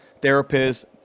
therapists